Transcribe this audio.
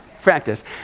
practice